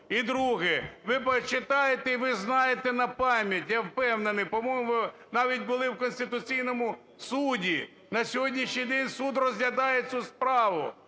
І друге. Ви почитаєте, і ви знаєте напам'ять, я впевнений, по-моєму, навіть були в Конституційному Суді, на сьогоднішній день суд розглядає цю справу